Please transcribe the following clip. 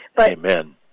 Amen